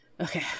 Okay